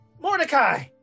Mordecai